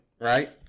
right